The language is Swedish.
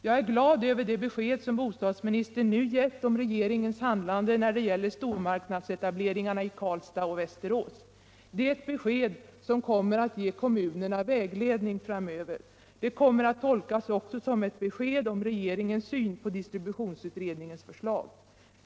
Jag är glad över det besked som bostadsministern nu gett om regeringens handlande när det gäller stormarknadsetableringarna i Karlstad och i Västerås. Det är ett besked som kommer att ge kommunerna vägledning framöver. Det kommer att tolkas också som ett besked om regeringens syn på distributionsutredningens förslag.